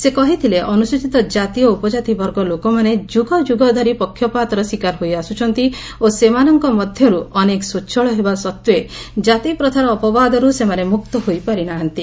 ସେ କହିଥିଲେ ଅନୁସ୍ଚିତ କାତି ଓ ଉପକାତି ବର୍ଗ ଲୋକମାନେ ଯୁଗ ଯୁଗ ଧରି ପକ୍ଷପାତର ଶିକାର ହୋଇଆସୁଛନ୍ତି ଓ ସେମାନଙ୍କ ମଧ୍ୟରୁ ଅନେକ ସ୍ୱଚ୍ଚଳ ହେବା ସତ୍ତ୍ୱେ କାତିପ୍ରଥାର ଅପବାଦରୁ ସେମାନେ ମୁକ୍ତ ହୋଇପାରି ନାହାନ୍ତି